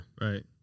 Right